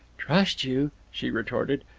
trust you! she retorted.